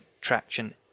traction